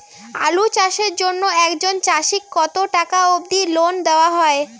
আলু চাষের জন্য একজন চাষীক কতো টাকা অব্দি লোন দেওয়া হয়?